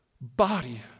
body